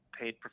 paid